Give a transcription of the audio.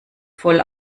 voll